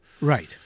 Right